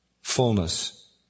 fullness